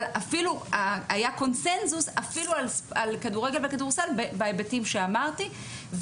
אבל היה קונצנזוס אפילו על כדורגל וכדורסל בהיבטים שאמרתי,